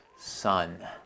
Son